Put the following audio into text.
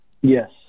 Yes